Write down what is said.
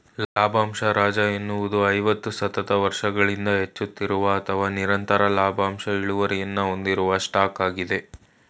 ಲಾಭಂಶ ರಾಜ ಎನ್ನುವುದು ಐವತ್ತು ಸತತ ವರ್ಷಗಳಿಂದ ಹೆಚ್ಚುತ್ತಿರುವ ಅಥವಾ ನಿರಂತರ ಲಾಭಾಂಶ ಇಳುವರಿಯನ್ನ ಹೊಂದಿರುವ ಸ್ಟಾಕ್ ಆಗಿದೆ